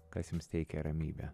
kas jums teikia ramybę